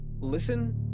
listen